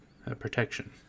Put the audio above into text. protection